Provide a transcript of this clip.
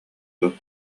дуо